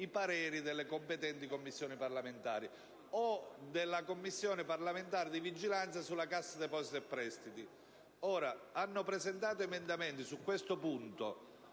pareri delle competenti Commissioni parlamentari o della Commissione parlamentare di vigilanza sulla Cassa depositi e prestiti. Hanno presentato emendamenti su questo punto,